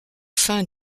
fin